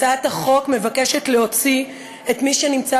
בהצעת החוק מוצע להוציא את מי שנמצא